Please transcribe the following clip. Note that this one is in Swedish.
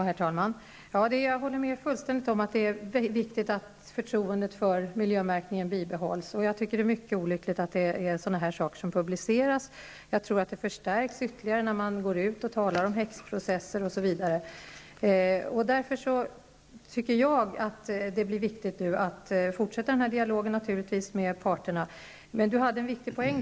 Herr talman! Jag håller fullståndigt med om att det är viktigt att förtroendet för miljömärkningen bibehålls. Jag tycker att det är mycket olyckligt att sådana här saker publiceras. Jag tror att de förstärks ytterligare när man går ut och talar om häxprocesser osv. Därför är det viktigt att nu fortsätta dialogen med parterna. Inga-Britt Johanson hade en viktig poäng.